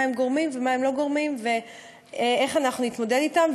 מה הם גורמים ומה הם לא גורמים ואיך אנחנו נתמודד אתם.